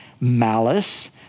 malice